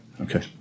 okay